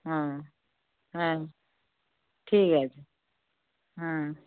হ্যাঁ হ্যাঁ ঠিক আছে হ্যাঁ